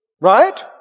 Right